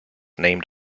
named